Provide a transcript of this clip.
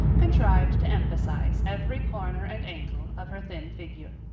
contrived to emphasize every corner and angle of her thin figure.